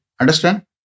Understand